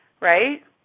right